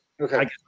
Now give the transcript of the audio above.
okay